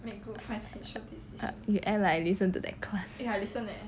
in the end like I listen to that class